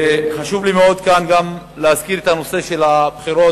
חשוב לי מאוד כאן גם להזכיר את הנושא של הבחירות,